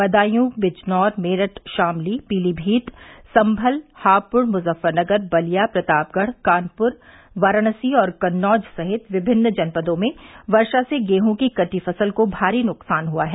बदायू बिजनौर मेरठ शामली पीलीमीत संभल हापुड़ मुजफ्फरनगर बलिया प्रतापगढ़ कानपुर वाराणसी और कन्नौज सहित विभिन्न जनपदों में वर्षा से गेहूं की कटी फसल को भारी नुकसान हुआ है